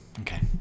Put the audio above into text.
Okay